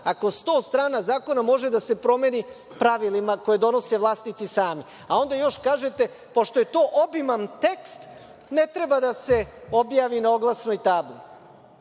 ako 100 strana zakona može da se promeni pravilima koje donose vlasnici sami? Onda još kažete – pošto je to obiman tekst, ne treba da se objavi na oglasnoj tabli.